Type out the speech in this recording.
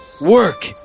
work